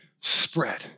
spread